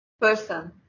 person